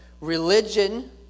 Religion